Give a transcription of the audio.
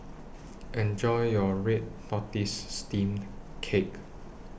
Enjoy your Red Tortoise Steamed Cake